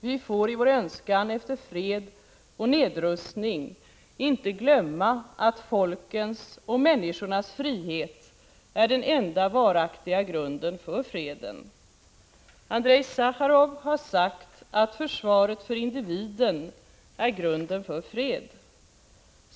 Vi får i vår önskan efter fred och nedrustning inte glömma att folkens och människornas frihet är den enda varaktiga grunden för freden. Andrej Sacharov har sagt att försvaret för individen är grunden för fred.